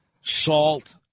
salt